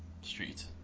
Street